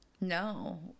no